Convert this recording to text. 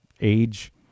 age